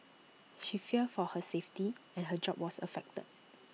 she feared for her safety and her job was affected